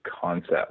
concept